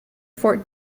fort